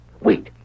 Wait